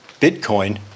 Bitcoin